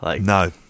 No